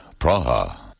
Praha